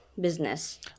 business